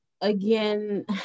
again